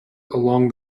along